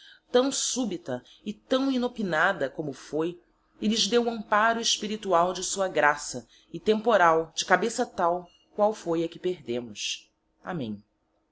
taõ supita e taõ inopinata como foi e lhes dê o emparo espiritual de sua graça e temporal de cabeça tal qual foi a que perdemos amen